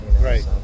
Right